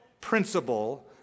principle